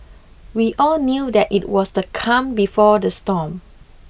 we all knew that it was the calm before the storm